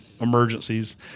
emergencies